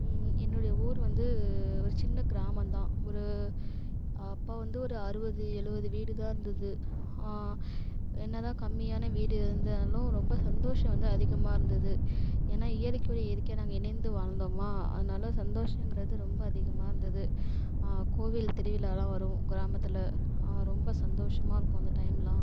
என்னுடைய ஊர் வந்து ஒரு சின்ன கிராமம்தான் ஒரு அப்போ வந்து ஒரு அறுபது எழுபது வீடு தான் இருந்தது என்ன தான் கம்மியான வீடு இருந்தாலும் ரொம்ப சந்தோஷம் வந்து அதிகமாக இருந்தது ஏன்னா இயற்கையோடு இயற்கையாக நாங்கள் இணைந்து வாழ்ந்தோமா அதனால சந்தோஷங்குறது ரொம்ப அதிகமாக இருந்தது கோவில் திருவிழா எல்லாம் வரும் கிராமத்தில் ரொம்ப சந்தோஷமாக இருக்கும் அந்த டைம் எல்லாம்